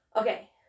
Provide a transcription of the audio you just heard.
Okay